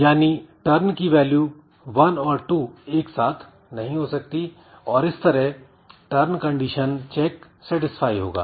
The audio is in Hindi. यानी turn की वैल्यू 1 और 2 एक साथ नहीं हो सकती और इस तरह turn कंडीशन चेक सेटिस्फाई होगा